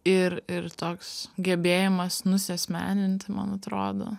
ir ir toks gebėjimas nusiasmeninti man atrodo